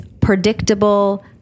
predictable